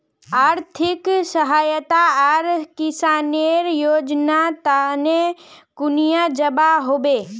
आर्थिक सहायता आर किसानेर योजना तने कुनियाँ जबा होबे?